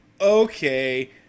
okay